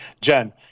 Jen